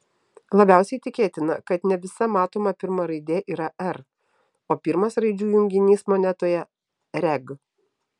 labiausiai tikėtina kad ne visa matoma pirma raidė yra r o pirmas raidžių junginys monetoje reg